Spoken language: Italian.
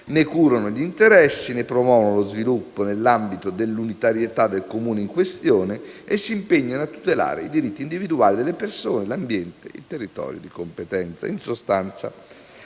ne curano gli interessi, ne promuovono lo sviluppo nell'ambito dell'unitarietà del Comune in questione e si impegnano a tutelare i diritti individuali delle persone, l'ambiente e il territorio di competenza.